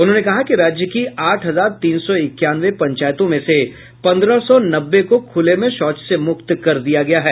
उन्होंने कहा कि राज्य की आठ हजार तीन सौ इक्यानवे पंचायतों में से पंद्रह सौ नब्बे को खुले में शौच से मुक्त कर दिया गया है